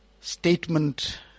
statement